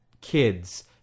kids